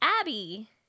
abby